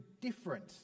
different